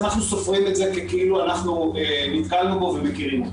אנחנו סופרים זה כאילו אנחנו נתקלנו בו ומכירים אותו.